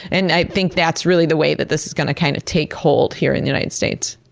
and i think that's really the way that this is gonna kind of take hold here in the united states.